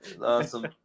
Awesome